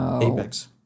Apex